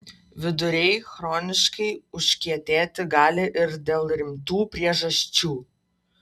viduriai chroniškai užkietėti gali ir dėl rimtų priežasčių